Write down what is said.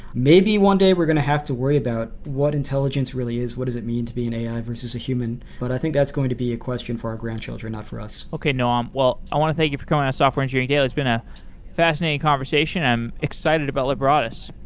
maybe one day we're going to have to worry about what intelligence really is, what is it means to be an ai versus human, but i think that's going to be a question for our grandchildren, not for us okay, noam. um i want to thank you for coming on software engineering daily. it's been a fascinating conversation. i'm excited about lebradas.